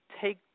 take